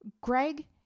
Greg